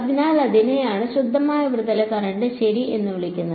അതിനാൽ അതിനെയാണ് ശുദ്ധമായ ഉപരിതല കറന്റ് ശരി എന്ന് വിളിക്കുന്നത്